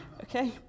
Okay